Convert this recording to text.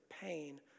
pain